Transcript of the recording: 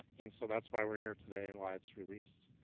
and so that's why we're here today and why it's released.